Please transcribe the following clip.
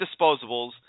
disposables